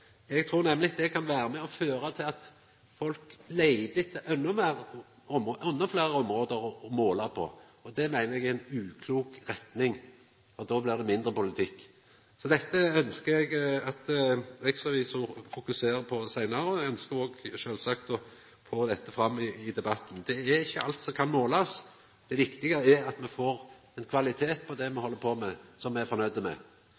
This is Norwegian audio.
føra til at folk leiter etter endå fleire område å måla på. Det meiner eg er ei uklok retning, og då blir det mindre politikk. Dette ønskjer eg at riksrevisor fokuserer på seinare. Eg ønskjer òg, sjølvsagt, å få dette fram i debatten. Det er ikkje alt som kan målast. Det viktige er at me får ein kvalitet på det me held på med, som me er fornøgde med.